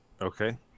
okay